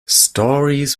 stories